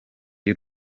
y’u